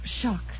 shock